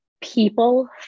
people